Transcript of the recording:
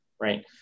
right